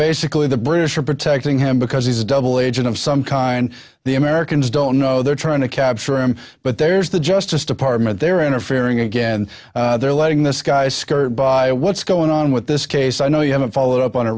basically the british are protecting him because he's a double agent of some kind the americans don't know they're trying to capture him but there's the justice department they're interfering again and they're letting this guy skirt by what's going on with this case i know you haven't followed up on